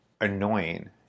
Annoying